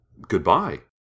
goodbye